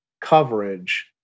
coverage